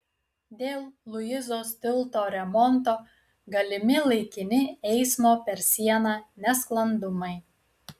dėl luizos tilto remonto galimi laikini eismo per sieną nesklandumai